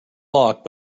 lock